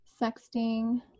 sexting